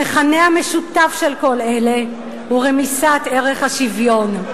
המכנה המשותף של כל אלה הוא רמיסת ערך השוויון.